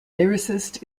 lyricist